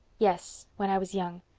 yes, when i was young.